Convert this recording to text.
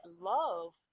love